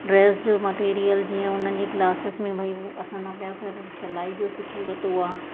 dress जो material जीअं उन्हनि जी क्लासिस में भई असां न वियासीं त सिलाई जो सिखी वतो आहे